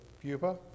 pupa